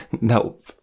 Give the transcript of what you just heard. nope